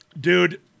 Dude